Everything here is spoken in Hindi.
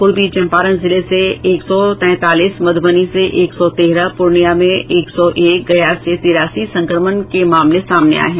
पूर्वी चम्पारण जिले से एक सौ तैंतालीस मध्रबनी से एक सौ तेरह पूर्णियां में एक सौ एक गया से तिरासी संक्रमण के मामले सामने आये हैं